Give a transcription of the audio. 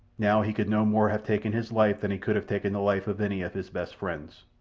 now he could no more have taken his life than he could have taken the life of any of his best friends.